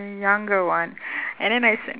younger one and then I said